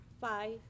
Five